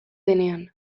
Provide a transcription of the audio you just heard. denean